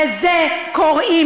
לזה קוראים